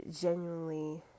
genuinely